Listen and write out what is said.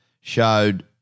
showed